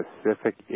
specific